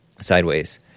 sideways